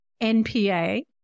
NPA